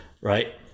right